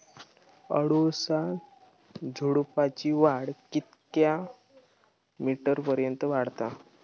अडुळसा झुडूपाची वाढ कितक्या मीटर पर्यंत वाढता?